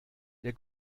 der